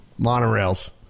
Monorails